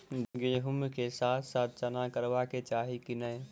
गहुम केँ साथ साथ चना करबाक चाहि की नै?